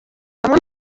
bamwe